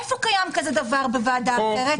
איפה קיים דבר כזה בוועדה אחרת?